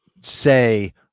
say